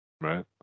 Right